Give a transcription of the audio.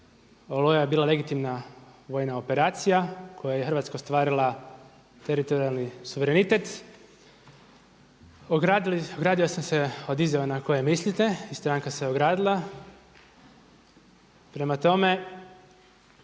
Oluja je bila legitimna vojna operacija koja je Hrvatsku ostvarila teritorijalni suverenitet. Ogradio sam se od izjava na koje mislite i stranka se ogradila. Prema tome,